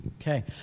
Okay